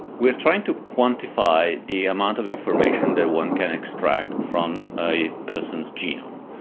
we're trying to quantify the amount of information that one can extract from a person's genome.